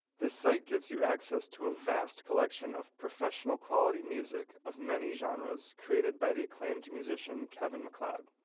this site gives you access to a vast collection of professional quality music of many genres created by the acclaimed musicians kevin mcleod.